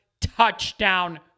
touchdown